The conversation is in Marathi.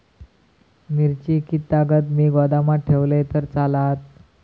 मिरची कीततागत मी गोदामात ठेवलंय तर चालात?